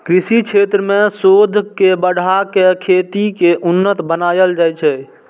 कृषि क्षेत्र मे शोध के बढ़ा कें खेती कें उन्नत बनाएल जाइ छै